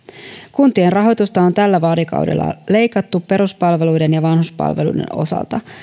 kuntien rahoitusta on tällä vaalikaudella leikattu peruspalveluiden ja vanhuspalveluiden osalta